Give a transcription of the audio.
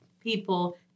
people